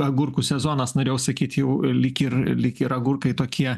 agurkų sezonas norėjau sakyt jau lyg ir lyg ir agurkai tokie